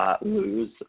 Lose